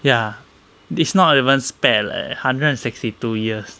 ya it's not even spared leh hundred and sixty two years